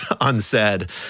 unsaid